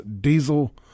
diesel